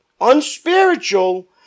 unspiritual